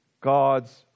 God's